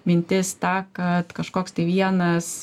mintis ta kad kažkoks tai vienas